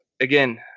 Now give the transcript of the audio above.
again